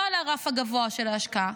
לא על הרף הגבוה של ההשקעה,